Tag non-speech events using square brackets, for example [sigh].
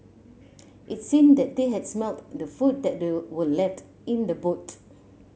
it seemed that they had smelt the food that [unintelligible] were left in the boot